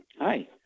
Hi